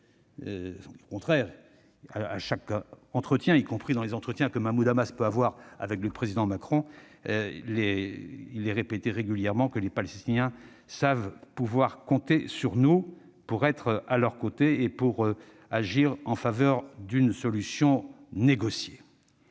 Au contraire ! À chaque entretien, y compris entre Mahmoud Abbas et le Président Macron, il est répété régulièrement que les Palestiniens savent pouvoir compter sur nous pour être à leurs côtés et pour agir en faveur d'une solution négociée.